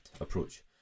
approach